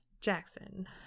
Jackson